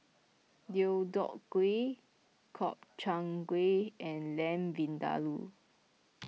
Deodeok Gui Gobchang Gui and Lamb Vindaloo